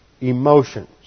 emotions